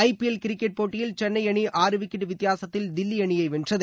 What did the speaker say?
IPL cricket போட்டியில் சென்னை அணி ஆறு விக்கெட் வித்தியாசத்தில் தில்லி அணியை வென்றது